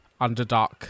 underdark